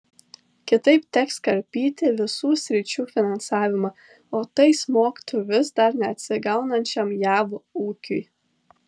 kitaip teks karpyti visų sričių finansavimą o tai smogtų vis dar neatsigaunančiam jav ūkiui